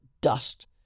dust